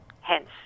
hence